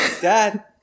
Dad